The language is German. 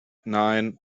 nein